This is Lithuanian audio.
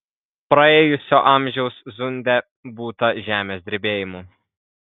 praėjusio amžiaus zunde būta žemės drebėjimų